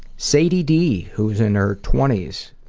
sadie d, who is in her twenties,